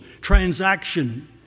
transaction